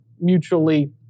mutually